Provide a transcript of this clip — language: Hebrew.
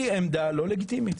היא עמדה לא לגיטימית.